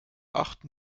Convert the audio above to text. achten